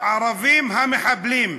"והערבים המחבלים".